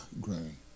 grain